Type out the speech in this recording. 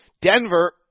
Denver